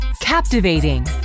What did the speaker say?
Captivating